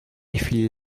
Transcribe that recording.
feel